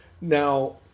Now